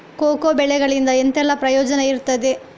Cocoa ಬೆಳೆಗಳಿಂದ ಎಂತೆಲ್ಲ ಪ್ರಯೋಜನ ಇರ್ತದೆ?